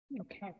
Okay